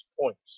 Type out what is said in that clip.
points